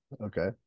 okay